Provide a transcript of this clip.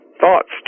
thoughts